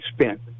spent